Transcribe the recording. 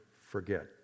forget